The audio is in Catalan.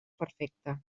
perfecte